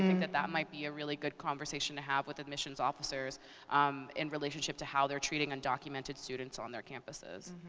i mean that that might be a really good conversation to have with admissions officers um in relationship to how they're treating undocumented students on their campuses.